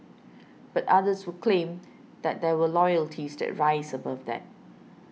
but others would claim that there are loyalties that rise above that